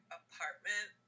apartment